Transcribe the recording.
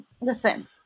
Listen